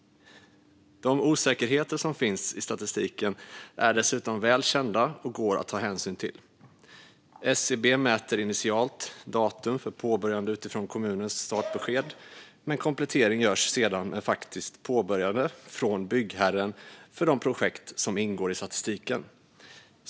De osäkerheter som finns i statistiken är dessutom väl kända och går att ta hänsyn till. SCB mäter initialt datum för påbörjande utifrån kommunens startbesked, men komplettering görs sedan med faktiskt påbörjande från byggherren för de projekt som ingår i statistiken.